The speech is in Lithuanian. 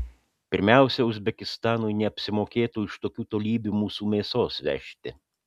pirmiausia uzbekistanui neapsimokėtų iš tokių tolybių mūsų mėsos vežti